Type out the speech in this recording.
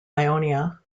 ionia